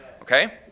Okay